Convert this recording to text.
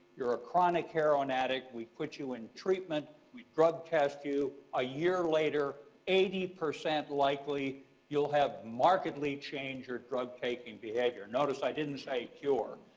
you're a chronic heroin addict. we put you in treatment, we drug test you. a year later, eighty percent likely you'll have markedly changed your drug taking behavior. notice i didn't say cure.